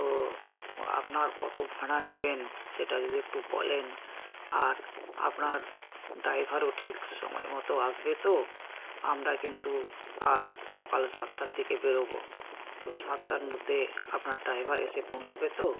তো আপনার কত ভাড়া নেবেন সেটা যদি একটু বলেন আর আপনার ড্রাইভারও ঠিক সময় মতো আসবে তো আমরা কিন্তু কাল সকাল সাতটার দিকে বেরোব তো সাতটার মধ্যে আপনার ড্রাইভার এসে পৌঁছবে তো